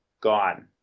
gone